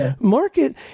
market